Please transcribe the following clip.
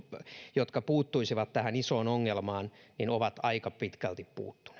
jotka puuttuisivat tähän isoon ongelmaan ovat aika pitkälti puuttuneet